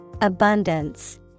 Abundance